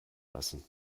lassen